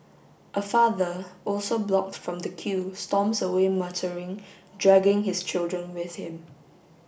a father also blocked from the queue storms away muttering dragging his children with him